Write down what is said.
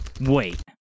Wait